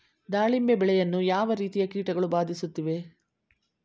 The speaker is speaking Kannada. ದಾಳಿಂಬೆ ಬೆಳೆಯನ್ನು ಯಾವ ರೀತಿಯ ಕೀಟಗಳು ಬಾಧಿಸುತ್ತಿವೆ?